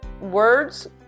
words